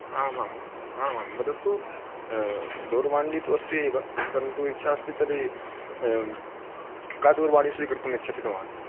आम् आम् आम् आं वदतु दूरवाणी तु अस्ति एव परन्तु इच्छा अस्ति तर्हि कां दूरवाणीं स्वीकर्तुम् इच्छति भवान्